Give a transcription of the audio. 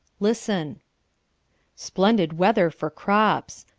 listen splendid weather for crops.